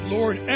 Lord